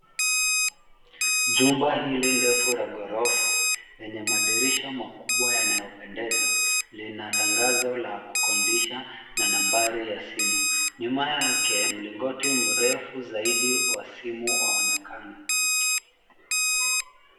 Jumba hili ndefu la ghorofa lenye madirisha makubwa yanayopendeza linatangazo la kukodisha na nambari ya simu. Nyuma yake mlingoti mrefu zaidi wa simu waonekana .